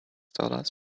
dollars